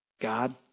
God